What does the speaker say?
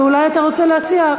ואולי אתה רוצה להציע,